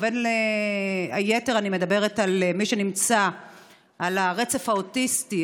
ובין היתר אני מדברת על מי שנמצא על הרצף האוטיסטי,